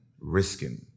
risking